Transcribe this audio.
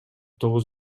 тогуз